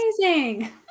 amazing